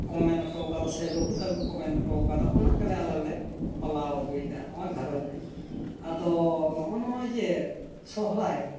ᱠᱚ ᱢᱮᱱᱴᱚᱣ ᱠᱟᱫᱟ ᱥᱮ ᱵᱟᱯᱩ ᱛᱟᱠᱚ ᱠᱚ ᱢᱮᱱᱴᱚᱣ ᱠᱟᱫᱟ ᱚᱱᱟᱜᱮᱞᱮ ᱟᱞᱮᱞᱮ ᱯᱟᱞᱟᱣ ᱟᱹᱜᱩᱭᱮᱫᱟ ᱱᱚᱣᱟ ᱜᱷᱟᱨᱚᱸᱧᱡᱽ ᱨᱮ ᱟᱫᱚ ᱱᱚᱜᱼᱚ ᱱᱚᱜᱼᱚᱭᱡᱮ ᱥᱚᱦᱚᱨᱟᱭ ᱨᱮ